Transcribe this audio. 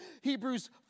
Hebrews